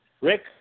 Rick